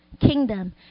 kingdom